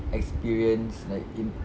experience like in